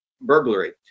burglary